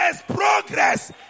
progress